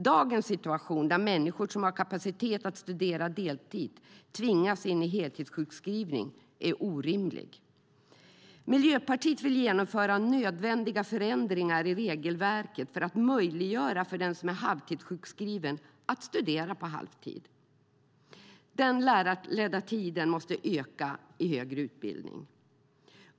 Dagens situation där människor som har kapacitet att studera på deltid tvingas in i heltidssjukskrivning är orimlig. Miljöpartiet vill genomföra nödvändiga förändringar i regelverket för att möjliggöra för den som är halvtidssjukskriven att studera på halvtid. Den lärarledda tiden måste öka i högre utbildning.